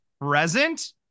present